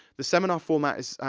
the seminar format is,